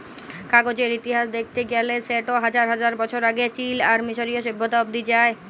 কাগজের ইতিহাস দ্যাখতে গ্যালে সেট হাজার হাজার বছর আগে চীল আর মিশরীয় সভ্যতা অব্দি যায়